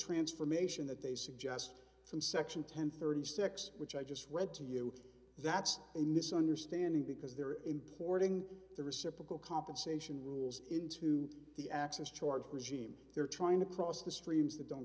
transformation that they suggest from section one thousand and thirty six dollars which i just read to you that's a misunderstanding because they're importing the reciprocal compensation rules into the access charge regime they're trying to cross the streams that don't